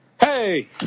Hey